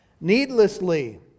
Needlessly